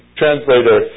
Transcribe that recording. translator